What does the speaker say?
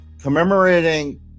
commemorating